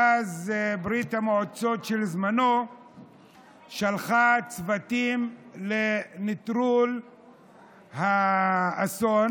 ואז ברית המועצות בזמנו שלחה צוותים לנטרול האסון,